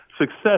Success